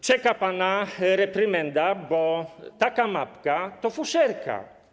Czeka pana reprymenda, bo taka mapka to fuszerka.